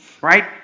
right